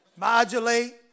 Modulate